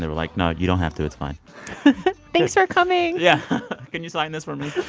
like, no, you don't have to. it's fine thanks for coming yeah. can you sign this for me?